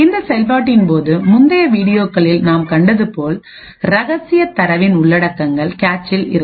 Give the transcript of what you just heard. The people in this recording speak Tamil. இந்தச் செயல்பாட்டின் போது முந்தைய வீடியோக்களில் நாம் கண்டது போல் ரகசியத் தரவின் உள்ளடக்கங்கள் கேச்சில் இருக்கும்